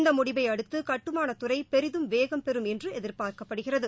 இந்த முடிவை அடுத்து கட்டுமானத்துறை பெரிதும் வேகம் பெறும் என்று எதிர்பார்க்கப்படுகிறது